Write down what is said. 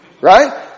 right